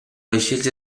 vaixells